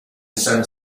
send